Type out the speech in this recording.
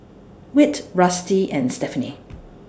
Whit Rusty and Stephaine